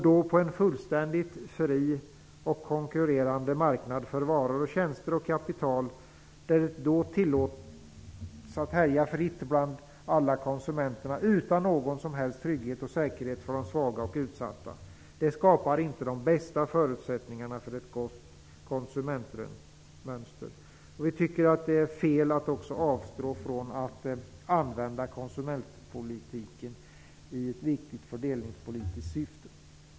Att på en fullständigt fri och konkurrerande marknad för varor, tjänster och kapital tillåtas härja fritt bland alla konsumenterna, utan någon som helst trygghet och säkerhet för de svaga och utsatta, skapar inte de bästa förutsättningarna för ett gott konsumentmönster. Vi tycker också att det är fel att avstå från att använda konsumentpolitiken i ett viktigt fördelningspolitiskt syfte.